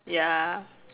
ya